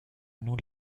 noue